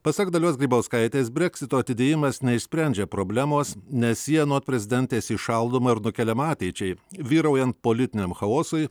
pasak dalios grybauskaitės breksito atidėjimas neišsprendžia problemos nes ji anot prezidentės įšaldoma ir nukeliama ateičiai vyraujant politiniam chaosui